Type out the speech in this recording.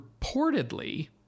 Reportedly